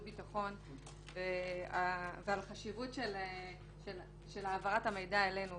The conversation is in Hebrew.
ביטחון ועל החשיבות של העברת המידע אלינו.